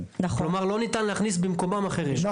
כלומר, לא ניתן להכניס במקומם אחרים.